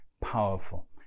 powerful